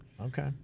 Okay